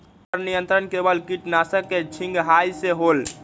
किट पर नियंत्रण केवल किटनाशक के छिंगहाई से होल?